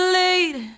late